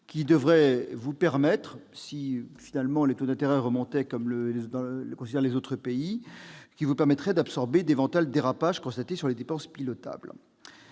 qui devrait vous permettre, si finalement les taux d'intérêt remontaient comme l'anticipent les autres pays, d'absorber d'éventuels dérapages constatés sur les dépenses pilotables